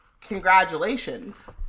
congratulations